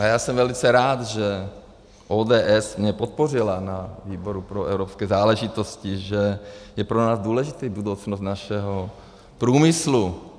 A já jsem velice rád, že ODS mě podpořila na výboru pro evropské záležitosti, že je pro nás důležitá budoucnost našeho průmyslu.